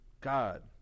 God